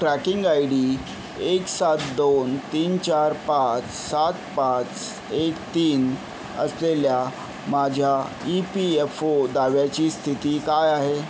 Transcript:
tracking I D एक सात दोन तीन चार पाच सात पाच एक तीन असलेल्या माझ्या ई पी एफ ओ दाव्याची स्थिती काय आहे